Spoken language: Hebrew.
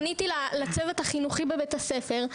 פניתי לצוות החינוכי בבית-הספר,